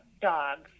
dogs